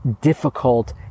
difficult